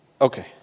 Okay